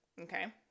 okay